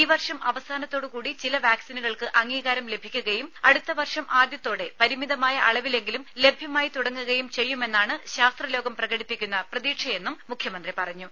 ഈ വർഷം അവസാനത്തോടു കൂടി ചില വാക്സിനുകൾക്ക് അംഗീകാരം ലഭിക്കുകയും അടുത്തവർഷം ആദ്യത്തോടെ പരിമിതമായ അളവിലെങ്കിലും ലഭ്യമായിത്തുടങ്ങുകയും ചെയ്യുമെന്നാണ് ശാസ്ത്രലോകം പ്രകടിപ്പിക്കുന്ന പ്രതീക്ഷയെന്നും മുഖ്യമന്ത്രി പറഞ്ഞു